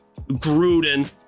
Gruden